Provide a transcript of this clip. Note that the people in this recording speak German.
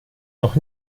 noch